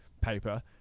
paper